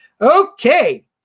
Okay